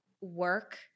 work